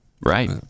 Right